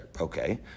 Okay